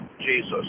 Jesus